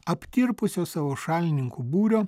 aptirpusio savo šalininkų būrio